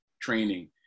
training